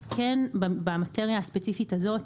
במטריה הספציפית הזאת,